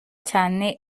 cyane